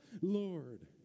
Lord